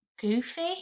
goofy